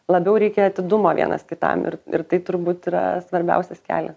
labiau reikia atidumo vienas kitam ir ir tai turbūt yra svarbiausias kelias